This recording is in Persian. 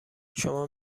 شما